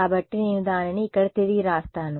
కాబట్టి నేను దానిని ఇక్కడ తిరిగి వ్రాస్తాను